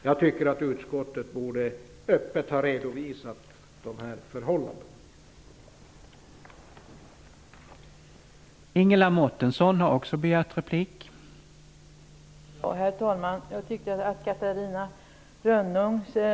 Jag tycker att utskottet borde ha redovisat dessa förhållanden öppet.